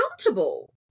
accountable